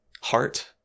heart